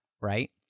right